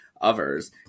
others